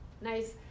Nice